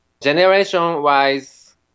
generation-wise